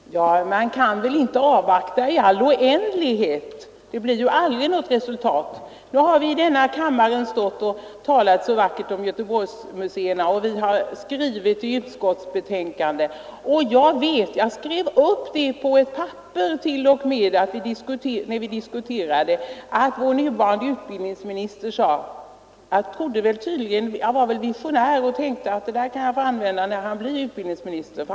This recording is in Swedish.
Herr talman! Man kan väl inte avvakta i all oändlighet. Det blir ju aldrig något resultat. Det har talats så vackert i kammaren om Göteborgs museer, och utskottet har skrivit välvilligt i sitt betänkande. Under diskussionerna i utskottet skrev jag upp vad vår nuvarande utbildningsminister sade. Jag var tydligen visionär och förstod att jag kunde använda det, när han blev utbildningsminister.